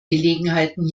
gelegenheiten